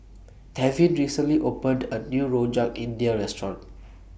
Tevin recently opened A New Rojak India Restaurant